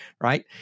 right